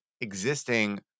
existing